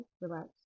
relax